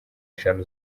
eshanu